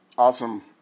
awesome